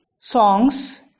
songs